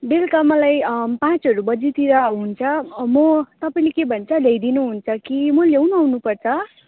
बेलुका मलाई पाँचहरू बजीतिर हुन्छ म तपाईँले के भन्छ ल्याइदिनु हुन्छ कि म ल्याउनु आउनुपर्छ